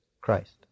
Christ